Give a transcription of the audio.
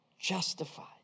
justified